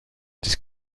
this